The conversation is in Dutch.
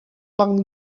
lang